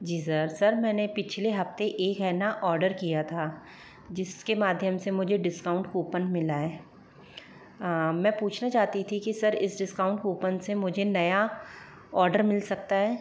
जी sir sir मैंने पिछले हफ़्ते एक है न ऑर्डर किया था जिसके माध्यम से मुझे डिस्काउंट कूपन मिला है मैं पूछना चाहती थी कि सर इस डिस्काउंट कूपन से मुझे नया ऑर्डर मिल सकता है